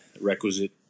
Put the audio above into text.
requisite